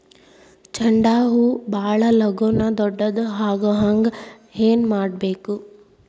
ಚಂಡ ಹೂ ಭಾಳ ಲಗೂನ ದೊಡ್ಡದು ಆಗುಹಂಗ್ ಏನ್ ಮಾಡ್ಬೇಕು?